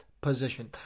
position